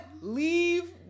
Leave